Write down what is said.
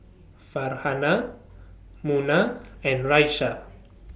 Farhanah Munah and Raisya